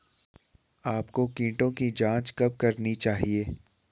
आपको कीटों की जांच कब करनी चाहिए?